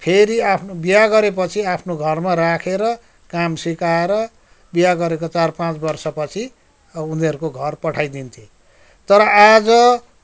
फेरि आफ्नो बिहा गरेपछि आफ्नो घरमा राखेर काम सिकाएर बिहा गरेको चार पाँच वर्षपछि उनीहरूको घर पठाइदिन्थे तर आज त्यो